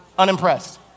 Unimpressed